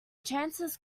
chances